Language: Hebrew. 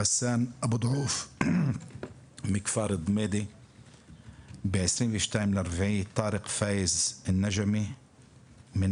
רסאן אבו דעוף מכפר ---; ב-22.4 טרק אלנג'מי מאעבלין,